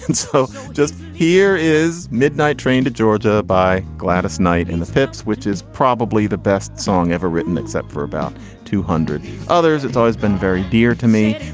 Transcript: and so just here is midnight train to georgia by gladys knight and the pips. which is probably the best song ever written except for about two hundred others. it's always been very dear to me.